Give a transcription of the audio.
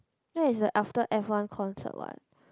that is like after F one concert what